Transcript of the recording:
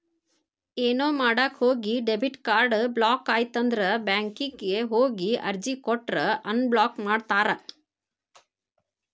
ಏನೋ ಮಾಡಕ ಹೋಗಿ ಡೆಬಿಟ್ ಕಾರ್ಡ್ ಬ್ಲಾಕ್ ಆಯ್ತಂದ್ರ ಬ್ಯಾಂಕಿಗ್ ಹೋಗಿ ಅರ್ಜಿ ಕೊಟ್ರ ಅನ್ಬ್ಲಾಕ್ ಮಾಡ್ತಾರಾ